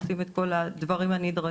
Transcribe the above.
עושים את כל הדברים הנדרשים.